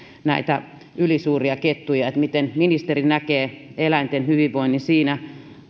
näihin ylisuuriin kettuihin miten ministeri näkee eläinten hyvinvoinnin siinä